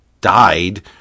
died